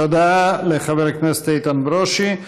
תודה לחבר הכנסת איתן ברושי.